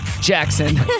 Jackson